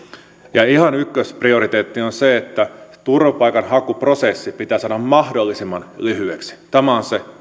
ja ihan ykkösprioriteetti on se että turvapaikanhakuprosessi pitää saada mahdollisimman lyhyeksi tämä on se